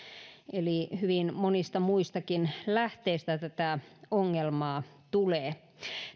eli hyvin monista muistakin lähteistä tätä ongelmaa tulee